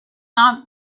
not